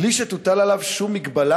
בלי שתוטל עליו שום מגבלה,